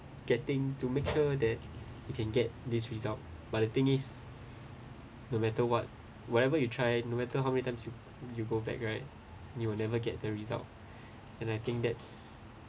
getting to make sure that you can get this result but the thing is no matter what whatever you try no matter how many times you you go back right you will never get the result and I think that's